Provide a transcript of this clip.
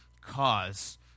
cause